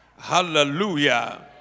Hallelujah